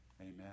Amen